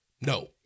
No